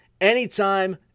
anytime